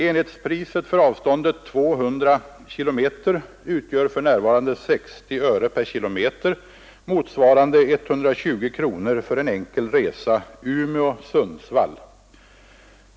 Enhetspriset för avståndet 200 km utgör för närvarande 60 öre/km, motsvarande 120 kronor för enkel resa Umeå — Sundsvall.